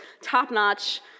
top-notch